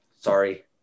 Sorry